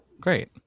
Great